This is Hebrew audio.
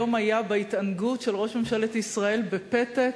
היום היה בהתענגות של ראש ממשלת ישראל בפתק,